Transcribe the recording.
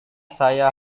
saya